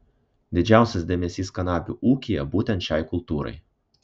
didžiausias dėmesys kanapių ūkyje būtent šiai kultūrai